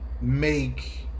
make